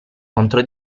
contro